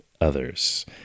others